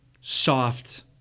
soft